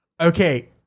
Okay